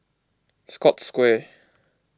Scotts Square